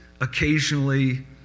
occasionally